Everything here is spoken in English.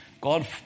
God